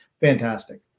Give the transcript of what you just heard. Fantastic